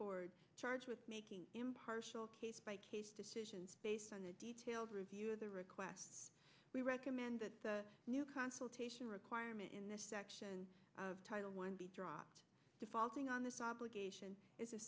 board charged with making impartial case by case decisions based on a detailed review of the request we recommend that the new consultation requirement in this section of title one be dropped defaulting on this obligation is a